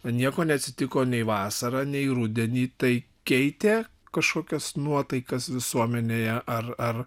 nieko neatsitiko nei vasarą nei rudenį tai keitė kažkokias nuotaikas visuomenėje ar ar